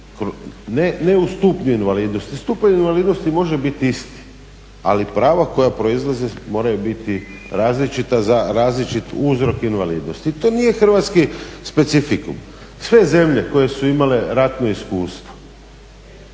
ne u stupnju invalidnosti, stupanj invalidnosti može biti isti, ali prava koja proizlaze moraju biti različita za različit uzrok invalidnosti. I to nije hrvatski specifikum. Sve zemlje koje su imale ratno iskustvo